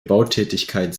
bautätigkeit